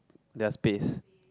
their space